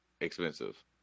expensive